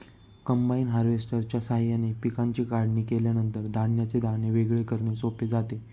combine हार्वेस्टरच्या साहाय्याने पिकांची काढणी केल्यानंतर धान्याचे दाणे वेगळे करणे सोपे जाते